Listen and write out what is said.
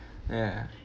yeah